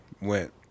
went